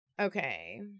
okay